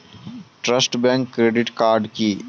Trust bank credit card কি?